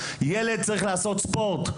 ילד צריך לעשות ספורט,